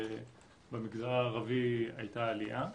ובמגזר הערבי הייתה עלייה,